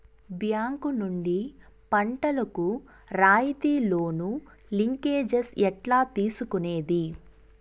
Bank నుండి పంటలు కు రాయితీ లోను, లింకేజస్ ఎట్లా తీసుకొనేది?